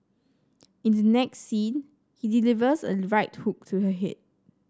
in the next scene he delivers a right hook to her head